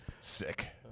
sick